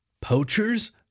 Poachers